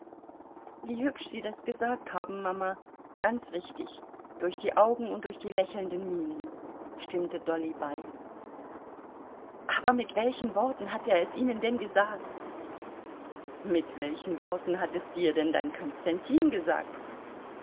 wie hübsch sie das gesagt haben mama ganz richtig durch die augen und durch die lächelnden mienen stimmte dolly bei aber mit welchen worten hat er es ihnen denn gesagt mit welchen worten hat es dir denn dein konstantin gesagt